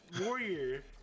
Warrior